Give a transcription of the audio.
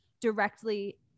directly